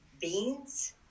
beans